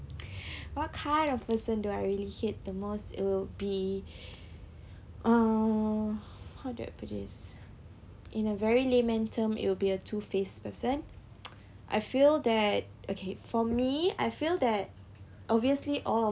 what kind of person do I really hate the most it will be uh how do I put this in a very layman term it will be a two face person I feel that okay for me I feel that obviously